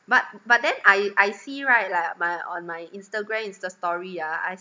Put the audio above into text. but but then I I see right like my on my instagram insta story ah I